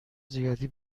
زیادی